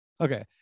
Okay